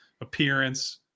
appearance